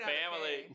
family